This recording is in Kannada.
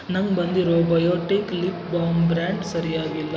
ನಂಗೆ ಬಂದಿರೋ ಬಯೋಟೀಕ್ ಲಿಪ್ ಬಾಮ್ ಬ್ರ್ಯಾಂಡ್ ಸರಿಯಾಗಿಲ್ಲ